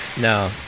No